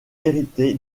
hérité